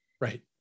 right